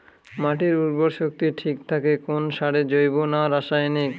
মাটির উর্বর শক্তি ঠিক থাকে কোন সারে জৈব না রাসায়নিক?